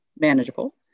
manageable